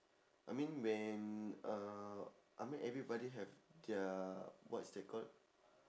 I mean when uh I mean everybody have their what is that call